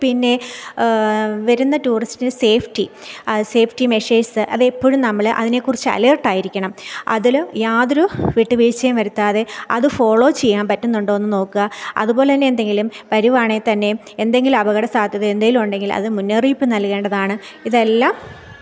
പിന്നെ വരുന്ന ടൂറിസ്റ്റിൻ്റെ സേഫ്റ്റി സേഫ്റ്റി മെഷേഴ്സ് അതെപ്പോഴും നമ്മൾ അതിനെക്കുറിച്ച് അലേട്ടായിരിക്കണം അതിൽ യാതൊരു വിട്ടുവീഴ്ചയും വരുത്താതെ അത് ഫോളോ ചെയ്യാൻ പറ്റുന്നുണ്ടോയെന്നു നോക്കുക അതുപോലെ തന്നെ എന്തെങ്കിലും വരികയാണെ തന്നെ എന്തെങ്കിലും അപകട സാധ്യത എന്തെങ്കിലും ഉണ്ടെങ്കിൽ അതു മുന്നറിയിപ്പ് നൽകേണ്ടതാണ് ഇതെല്ലാം